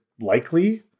likely